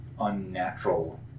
unnatural